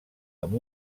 amb